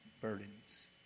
burdens